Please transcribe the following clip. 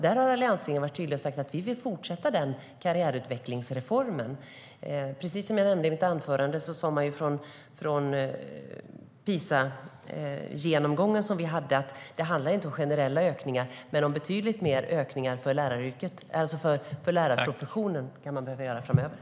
Där har alliansregeringen varit tydlig och sagt: Vi vill fortsätta med den karriärutvecklingsreformen. Precis som jag nämnde i mitt anförande sa man i PISA-genomgången, som vi hade, att det inte handlar om generella ökningar. Men man kan behöva göra betydligt mer ökningar för lärarprofessionen framöver.